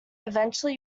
eventually